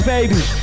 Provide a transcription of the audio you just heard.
Baby